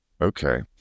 okay